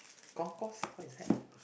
concourse what's that